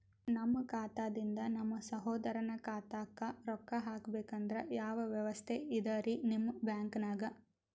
ನಮ್ಮ ಖಾತಾದಿಂದ ನಮ್ಮ ಸಹೋದರನ ಖಾತಾಕ್ಕಾ ರೊಕ್ಕಾ ಹಾಕ್ಬೇಕಂದ್ರ ಯಾವ ವ್ಯವಸ್ಥೆ ಇದರೀ ನಿಮ್ಮ ಬ್ಯಾಂಕ್ನಾಗ?